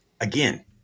again